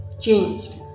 changed